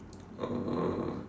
uh